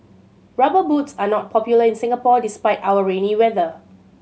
Rubber Boots are not popular in Singapore despite our rainy weather